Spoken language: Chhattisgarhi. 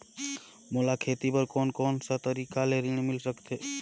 मोला खेती करे बर कोन कोन सा तरीका ले ऋण मिल सकथे?